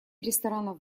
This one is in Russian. ресторанов